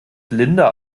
linda